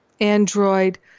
Android